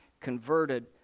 converted